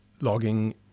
logging